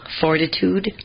fortitude